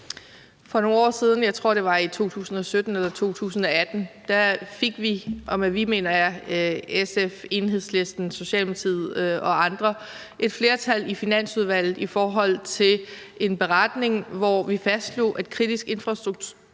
For nogle år siden – jeg tror, det var i 2017 eller 2018 – fik vi, og med vi mener jeg SF, Enhedslisten, Socialdemokratiet og andre, et flertal i Finansudvalget i forhold til en beretning, hvor vi fastslog, at kritisk infrastruktur